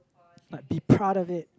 like be part of it